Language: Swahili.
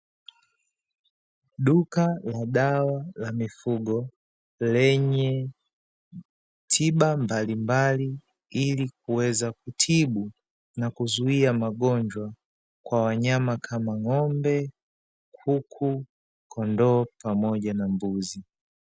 Duka la dawa la mifugo lenye tiba mbalimbali ili kuweza kutibu na kuzuia magonjwa kwa wanyama kama ng'ombe, kuku ,kondoo pamoja na mbuzi.